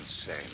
insane